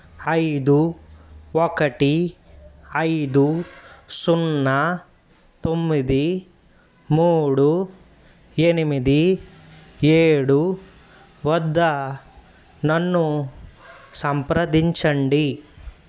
ఐదు ఒకటి ఐదు సున్నా తొమ్మిది మూడు ఎనిమిది ఏడు వద్ద నన్ను సంప్రదించండి